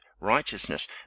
righteousness